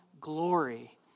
glory